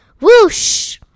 Whoosh